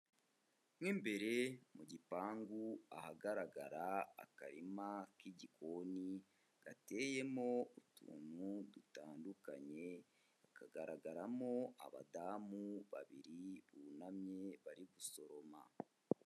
Mo imbere mu gipangu ahagaragara akarima k'igikoni gateyemo utuntu dutandukanye, hakagaragaramo abadamu babiri bunamye bari gusoroma.